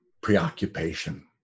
preoccupation